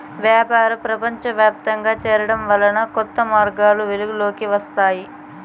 వ్యాపారం ప్రపంచవ్యాప్తంగా చేరడం వల్ల కొత్త మార్గాలు వెలుగులోకి వస్తాయి